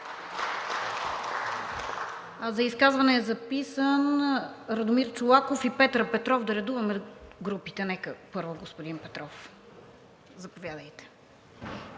За изказване е записан Радомир Чолаков и Петър Петров – да редуваме групите. Нека, първо, господин Петров – заповядайте.